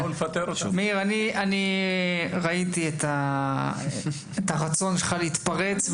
מאיר, ראיתי את הרצון שלך להתפרץ.